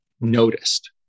noticed